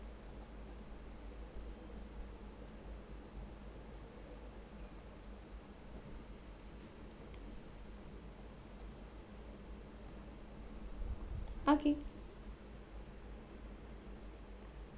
okay